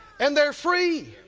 and they're free.